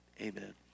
amen